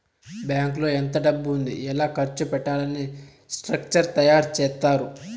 బ్యాంకులో ఎంత డబ్బు ఉంది ఎలా ఖర్చు పెట్టాలి అని స్ట్రక్చర్ తయారు చేత్తారు